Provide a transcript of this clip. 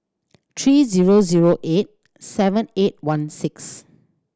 three zero zero eight seven eight one six